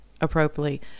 Appropriately